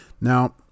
Now